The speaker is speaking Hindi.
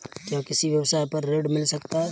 क्या किसी व्यवसाय पर ऋण मिल सकता है?